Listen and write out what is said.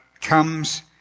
comes